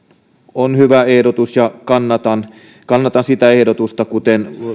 on hyvä ehdotus ja kannatan kannatan sitä ehdotusta kuten myös